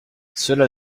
cela